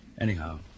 Anyhow